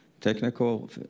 Technical